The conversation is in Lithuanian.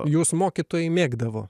jus mokytojai mėgdavo